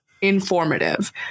informative